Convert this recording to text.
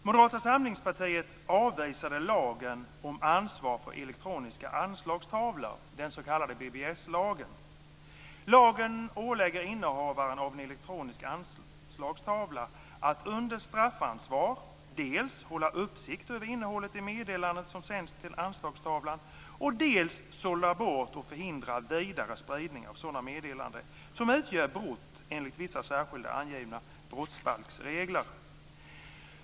Moderata samlingspartiet avvisade lagen om ansvar för elektroniska anslagstavlor, den s.k. BBS-lagen. Lagen ålägger innehavaren av en elektronisk anslagstavla att under straffansvar dels hålla uppsikt över innehållet i meddelanden som sänts till anslagstavlan, dels sålla bort och förhindra vidare spridning av sådana meddelanden som utgör brott enligt vissa särskilt angivna brottsbalksregler.